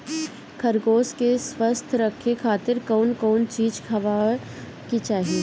खरगोश के स्वस्थ रखे खातिर कउन कउन चिज खिआवे के चाही?